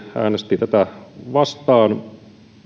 äänesti tätä vastaan